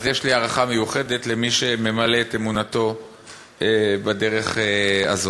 אז יש לי הערכה מיוחדת למי שממלא את אמונתו בדרך הזאת.